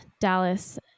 Dallas